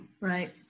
right